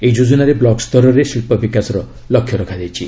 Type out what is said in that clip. ଏହି ଯୋଜନାରେ ବ୍ଲକ ସ୍ତରରେ ଶିଳ୍ପ ବିକାଶର ଲକ୍ଷ୍ୟ ରଖାଯାଇଛି